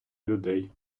людей